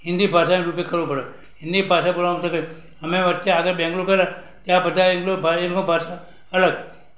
હિન્દી ભાષાનોજ ઉપયોગ કરવો પડે હિન્દી ભાષા બોલવામાં તોકે અમે વચ્ચે આગળ બેંગલોર ગએલા ત્યાં બધાય નો ભાઈની ભાષા અલગ ભાષા